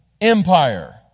empire